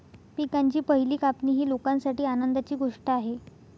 पिकांची पहिली कापणी ही लोकांसाठी आनंदाची गोष्ट आहे